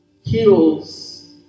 heals